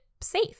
safe